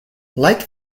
like